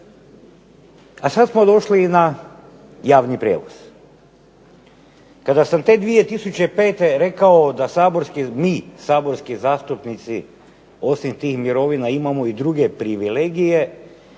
a sad smo došli i na javni prijevoz. Kada sam te 2005. rekao da saborski, mi saborski zastupnici osim tih mirovina imamo i druge privilegije